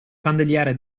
candeliere